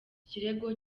kirego